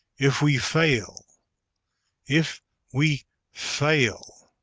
if we fail if we fail